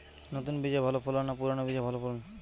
নতুন বীজে ভালো ফলন না পুরানো বীজে ভালো ফলন?